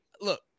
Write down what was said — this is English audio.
look